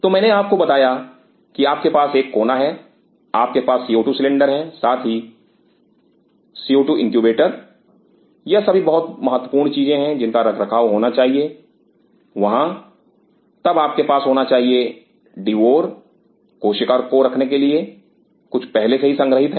तो मैंने आपसे बताया कि आपके पास एक कोना है आपके पास CO2 सिलेंडर है साथ ही साथ CO2 इनक्यूबेटर यह सभी बहुत महत्वपूर्ण चीजें हैं जिनका रखरखाव होना चाहिए वहां तब आपके पास होना चाहिए डिवोर् कोशिका को रखने के लिए कुछ पहले से संग्रहित हैं